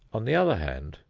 on the other hand,